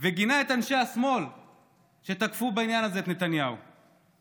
וגינה את אנשי השמאל על כך שתקפו את נתניהו בעניין הזה.